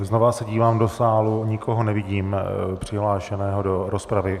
Znova se dívám do sálu, nikoho nevidím přihlášeného do rozpravy.